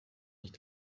nicht